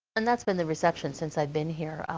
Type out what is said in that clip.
and that's been the reception since i've been here.